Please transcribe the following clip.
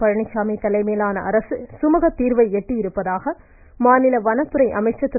பழனிச்சாமி தலைமையிலான அரசு சுமூகத்தீர்வை எட்டியிருப்பதாக மாநில வனத்துறை அமைச்சர் திரு